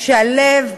שהלב,